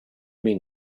mean